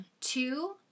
two